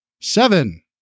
Seven